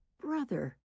brother